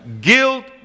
guilt